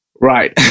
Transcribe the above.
Right